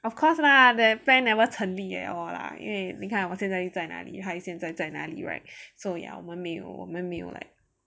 of course lah the plan never 成立 at all lah 因为你看我现在又在哪里还是现在在哪里 right so ya 我们没有我们没有 like